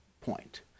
point